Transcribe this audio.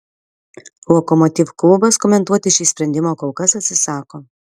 lokomotiv klubas komentuoti šį sprendimą kol kas atsisako